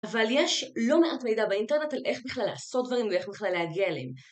אבל יש לא מעט מידע באינטרנט על איך בכלל לעשות דברים ואיך בכלל להגיע אליהם.